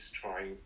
trying